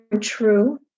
true